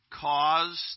Caused